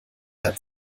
hat